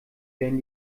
werden